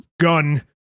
gun